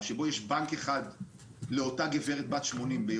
יכול להיות שבאמת יהיה נכון לקבל החלטה שהיא לא רק למשך שנה בלבד,